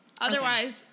Otherwise